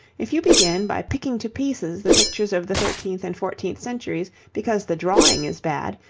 if you begin by picking to pieces the pictures of the thirteenth and fourteenth centuries because the drawing is bad,